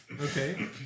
Okay